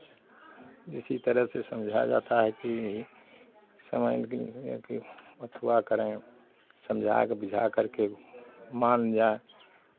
इसी तरह से समझा जाता है कि समय की की अथवा करें समझा के बुझाकर के मान जाएँ